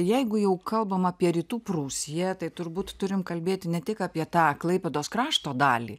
jeigu jau kalbam apie rytų prūsiją tai turbūt turim kalbėti ne tik apie tą klaipėdos krašto dalį